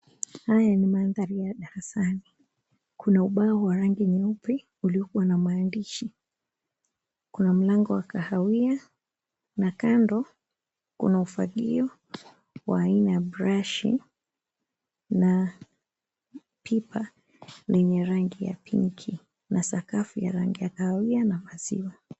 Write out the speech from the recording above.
Haya ni mandari ya darasani kuna ubao wa rangi nyeupe ulioko na maadishi, kuna mlango wa kahawia na kando kuna ufagio wa aina ya brush na pipa lenye rangi ya pinki na sakafu ya rangi ya kahawia na maziwa.